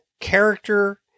character